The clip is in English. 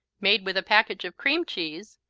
made with a package of cream cheese,